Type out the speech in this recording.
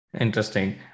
interesting